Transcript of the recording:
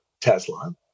Tesla